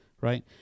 right